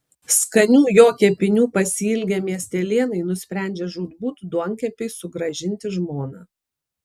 skanių jo kepinių pasiilgę miestelėnai nusprendžia žūtbūt duonkepiui sugrąžinti žmoną